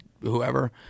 whoever